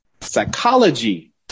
psychology